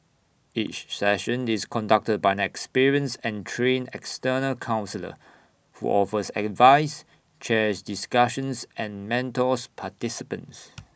each session is conducted by an experienced and trained external counsellor who offers advice chairs discussions and mentors participants